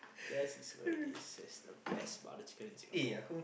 that is where there is the best butter chicken in Singapore